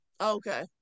Okay